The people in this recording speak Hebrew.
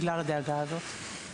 בגלל הדאגה הזאת.